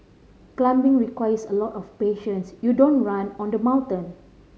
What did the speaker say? climbing requires a lot of patience you don't run on the mountain